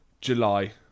July